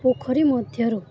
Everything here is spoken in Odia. ପୋଖରୀ ମଧ୍ୟରୁ